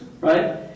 Right